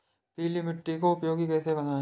पीली मिट्टी को उपयोगी कैसे बनाएँ?